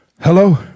hello